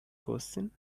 question